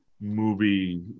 movie